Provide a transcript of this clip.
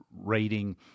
rating